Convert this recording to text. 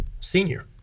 senior